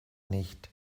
nicht